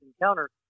encounter